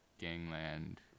gangland